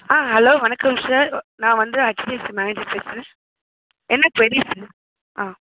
ஹான் hello வணக்கம் sir நான் வந்து ஹெச்டிஎஃப்சி மேனேஜர் பேசுறேன் என்ன குவெரி சார்